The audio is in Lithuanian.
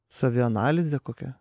savianalizė kokia